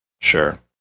Sure